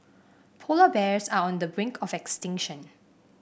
polar bears are on the brink of extinction